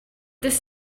this